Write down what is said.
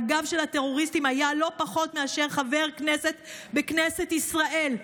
והגב של הטרוריסטים היה לא פחות מאשר חבר כנסת בכנסת ישראל.